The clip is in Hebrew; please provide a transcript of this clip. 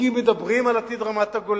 כי מדברים על עתיד רמת-הגולן.